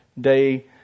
day